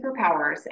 superpowers